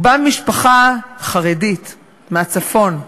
הוא בא ממשפחה חרדית מהצפון,